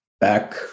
back